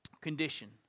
condition